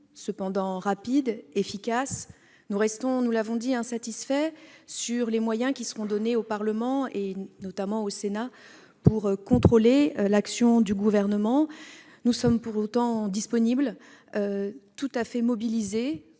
certes rapide, mais efficace. Nous restons, nous l'avons dit, insatisfaits des moyens qui seront donnés au Parlement, notamment au Sénat, pour contrôler l'action du Gouvernement. Pour autant, nous sommes disponibles et tout à fait mobilisés